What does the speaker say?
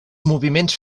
moviments